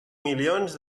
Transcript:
milions